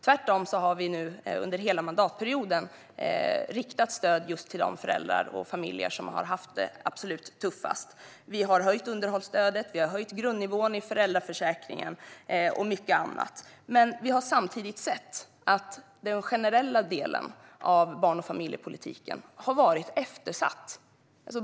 Tvärtom har vi under hela mandatperioden riktat stöd just till de föräldrar och familjer som har haft det absolut tuffast. Vi har höjt underhållsstödet, vi har höjt grundnivån i föräldraförsäkringen och mycket annat. Men vi har samtidigt sett att den generella delen av barn och familjepolitiken har varit eftersatt.